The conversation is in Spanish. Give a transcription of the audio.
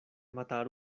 matar